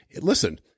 listen